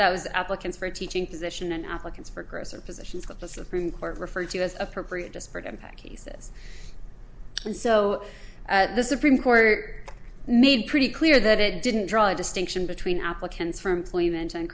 o those applicants for a teaching position and applicants for grosser positions with the supreme court referred to as appropriate disparate impact cases and so the supreme court made pretty clear that it didn't draw a distinction between applicants for employment and